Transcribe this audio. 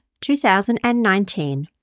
2019